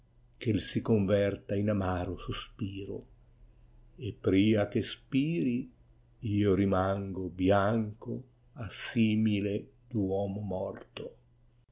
che i si converta in amaro sospiro e pria che spiri io rimango bianco a simile d uom morto